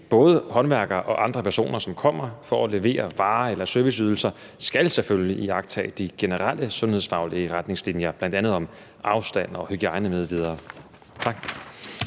både håndværkere og andre personer, som kommer for at levere varer eller serviceydelser, skal selvfølgelig iagttage de generelle sundhedsfaglige retningslinjer om bl.a. afstand og hygiejne m.v. Tak.